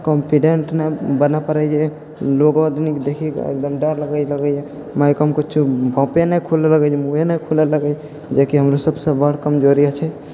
confidence नहि बनि पड़ै छै लोगो आदमीके देखिके एकदम डर लगैए माइकोमे कुछो भापे नहि खुलऽ लगै छै जेकि हमरो सबसँ बड़ कमजोरी छै